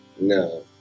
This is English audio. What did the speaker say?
no